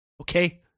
Okay